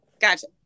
Gotcha